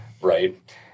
Right